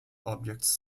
objects